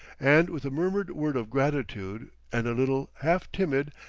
and with a murmured word of gratitude and a little, half timid,